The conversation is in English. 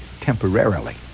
temporarily